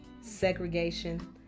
segregation